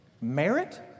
merit